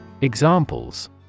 Examples